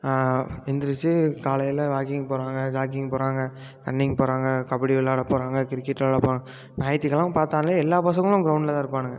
எந்திரிச்சு காலையில் வாக்கிங் போகறாங்க ஜாகிங் போகறாங்க ரன்னிங் போகறாங்க கபடி விளாட போகறாங்க கிரிக்கெட் விளாட போகறாங்க ஞாயித்துகிழம பார்த்தாலே எல்லா பசங்களும் கிரௌண்டில் தான் இருப்பானுங்க